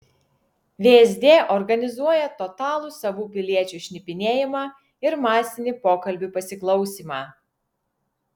vsd organizuoja totalų savų piliečių šnipinėjimą ir masinį pokalbių pasiklausymą